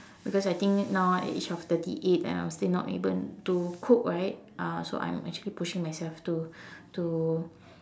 because I think now at the age of thirty eight ah I am still not able to cook right ah so I'm actually pushing myself to to